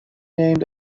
named